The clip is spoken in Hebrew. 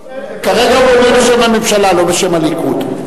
כרגע הוא עונה בשם הממשלה, לא בשם הליכוד.